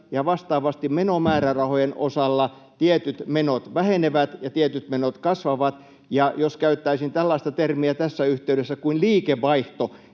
vastaavasti menomäärärahojen osalla tietyt menot vähenevät ja tietyt menot kasvavat, ja jos käyttäisin tällaista termiä tässä yhteydessä kuin liikevaihto,